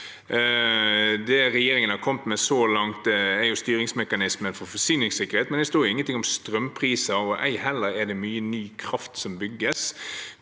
Det regjeringen har kommet med så langt, er styringsmekanismen for forsyningssikkerhet, men det står ingen ting om strømpriser, og ei heller bygges det mye ny kraft.